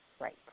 Right